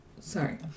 Sorry